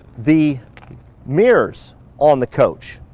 the mirrors on the coach.